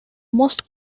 most